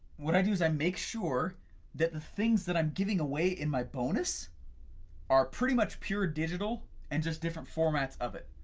what i do is i make sure that the things that i'm giving away in my bonus are pretty much pure digital and just different formats of it.